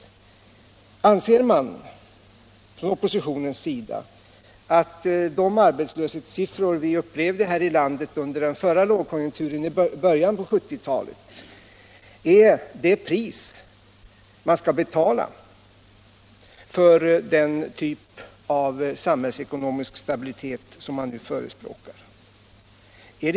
Anser oppositionen att arbetslöshetssifforna här i landet under den förra lågkonjunkturen i början av 1970-talet är ett pris av den art man skall betala för den typ av samhällsekonomisk stabilitet som man nu förespråkar?